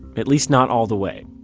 but at least not all the way.